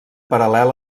paral·lel